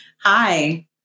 Hi